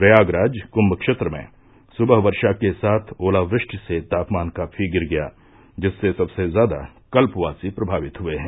प्रयागराज कुंभ क्षेत्र में सुबह वर्षा के साथ ओलावृष्टि से तापमान काफी गिर गया जिससे सबसे ज्यादा कल्पवासी प्रभावित हुए है